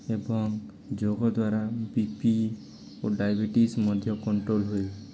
ଏବଂ ଯୋଗ ଦ୍ୱାରା ବିପି ଓ ଡାଇବେଟିସ୍ ମଧ୍ୟ କଣ୍ଟ୍ରୋଲ୍ ହୁଏ